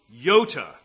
yota